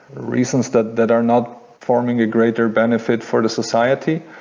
reasons that that are not forming a greater benefit for the society.